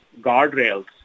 guardrails